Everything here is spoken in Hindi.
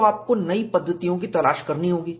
तो आपको नई पद्धतियों की तलाश करनी होगी